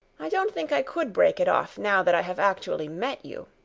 i don't think i could break it off now that i have actually met you.